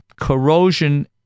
corrosion